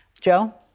Joe